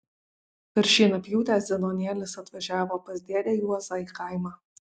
per šienapjūtę zenonėlis atvažiavo pas dėdę juozą į kaimą